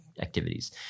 activities